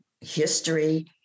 history